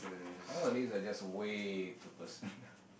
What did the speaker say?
all these are just way too personal